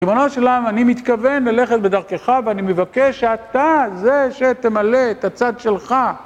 ריבונו של עולם, אני מתכוון ללכת בדרכך, ואני מבקש שאתה זה שתמלא את הצד שלך